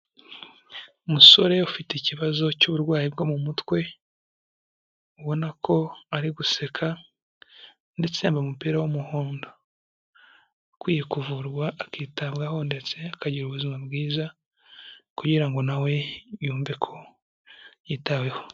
Umusore ufite ikibazo cy'uburwayi bwo mu mutwe ubona ko ari guseka, ndetse yambaye umupira w'umuhondo ukwiye kuvurwa akitabwaho ndetse akagira ubuzima bwiza, kugira ngo nawe yumve ko yitaweho.